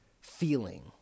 feeling